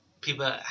people